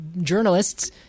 journalists